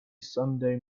sunday